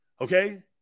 Okay